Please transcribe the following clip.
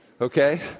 okay